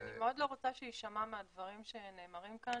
אני מאוד לא רוצה שיישמע מהדברים שנאמרים כאן,